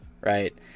Right